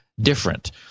Different